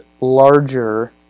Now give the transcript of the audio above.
larger